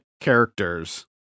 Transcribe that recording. characters